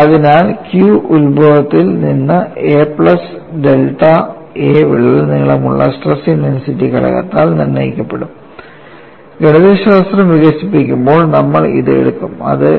അതിനാൽ Q ഉൽഭവത്തിൽ നിന്ന് a പ്ലസ് ഡെൽറ്റ a വിള്ളൽ നീളമുള്ള സ്ട്രെസ് ഇന്റെൻസിറ്റി ഘടകത്താൽ നിർണ്ണയിക്കപ്പെടും ഗണിതശാസ്ത്രം വികസിപ്പിക്കുമ്പോൾ നമ്മൾ ഇത് എടുക്കും അത്